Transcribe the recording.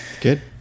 Good